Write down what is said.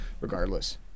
regardless